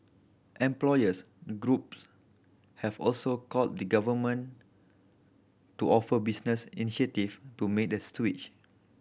employers groups have also called the Government to offer business incentive to made the switch